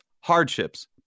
hardships